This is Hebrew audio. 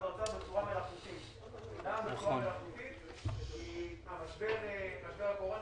האוצר בצורה מלאכותית כי משבר הקורונה